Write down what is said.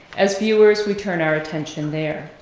as viewers, we turn our attention there.